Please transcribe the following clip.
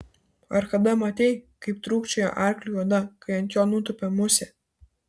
ar kada matei kaip trūkčioja arkliui oda kai ant jo nutupia musė